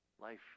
life